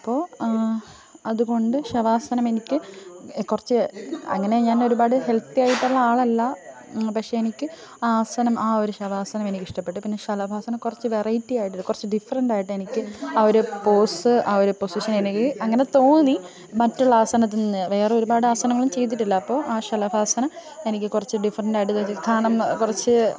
അപ്പോള് അതുകൊണ്ട് ശവാസനം എനിക്ക് കുറച്ച് അങ്ങനെ ഞാന് ഒരുപാട് ഹെല്ത്തിയായിട്ടുള്ള ആളല്ല പക്ഷേ എനിക്ക് ആസനം ആ ഒരു ശവാസനം എനിക്കിഷ്ടപ്പെട്ടു പിന്നെ ശലഭാസനം കുറച്ച് വെറൈറ്റിയായിട്ട് കുറച്ച് ഡിഫ്രണ്ടായിട്ടെനിക്ക് ആ ഒരു പോസ് ആ ഒരു പൊസിഷന് എനിക്ക് അങ്ങനെ തോന്നി മറ്റുള്ള ആസനത്തിന്ന് വേറെ ഒരുപാട് ആസനങ്ങള് ചെയ്തിട്ടില്ല അപ്പോള് ആ ശലഭാസനം എനിക്ക് കുറച്ച് ഡിഫ്രണ്ടായിട്ട് കാരണം കുറച്ച്